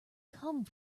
come